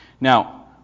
Now